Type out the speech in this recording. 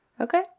Okay